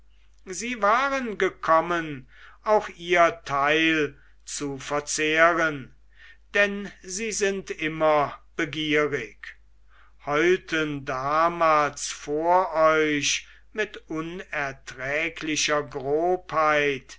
sie waren gekommen auch ihr teil zu verzehren denn sie sind immer begierig heulten damals vor euch mit unerträglicher